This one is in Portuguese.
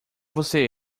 você